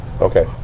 Okay